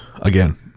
again